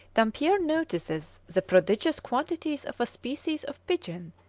dampier notices the prodigious quantities of a species of pigeon,